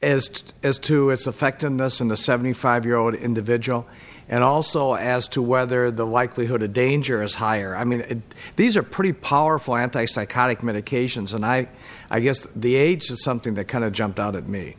just as to its effectiveness in the seventy five year old individual and also as to whether the likelihood of danger is higher i mean these are pretty powerful anti psychotic medications and i guess the age is something that kind of jumped out at me